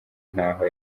ntaho